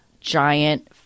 giant